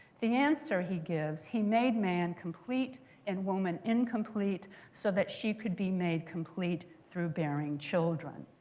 the answer he gives, he made man complete and woman incomplete so that she could be made complete through bearing children.